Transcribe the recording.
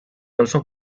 also